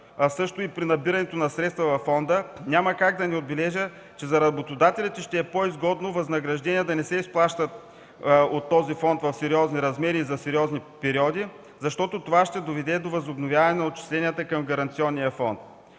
а също и при набирането на средства във фонда, няма как да не отбележа, че за работодателите ще е по-изгодно възнаграждение да не се изплаща от този фонд в сериозни размери и за сериозни периоди, защото това ще доведе до възобновяване на отчисленията към гаранционния фонд.